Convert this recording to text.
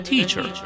Teacher